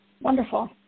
Wonderful